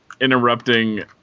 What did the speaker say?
interrupting